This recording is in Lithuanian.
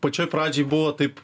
pačioj pradžioj buvo taip